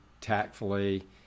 tactfully